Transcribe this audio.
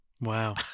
Wow